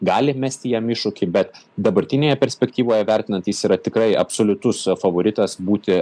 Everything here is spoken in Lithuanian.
gali mesti jam iššūkį bet dabartinėje perspektyvoje vertinant jis yra tikrai absoliutus favoritas būti